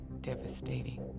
devastating